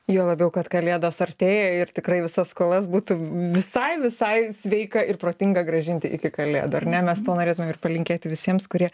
juo labiau kad kalėdos artėja ir tikrai visas skolas būtų visai visai sveika ir protinga grąžinti iki kalėdų ar ne mes to norėtume palinkėti visiems kurie